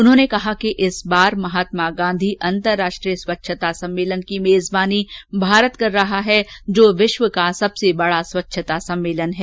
उन्होंने कहा कि इस बार महात्मा गांधी अंतर्राष्ट्रीय स्वच्छता सम्मेलन की मेजबानी भारत कर रहा है जो विश्व का सबसे बड़ा स्वच्छता सम्मेलन है